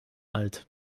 alt